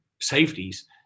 safeties